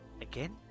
Again